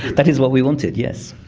that is what we wanted yes.